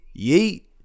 yeet